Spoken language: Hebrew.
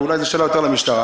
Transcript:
זאת שאלה למשטרה.